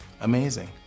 Amazing